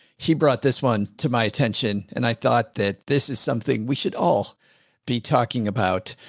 he brought this one to my attention, and i thought that this is something we should all be talking about.